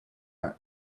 are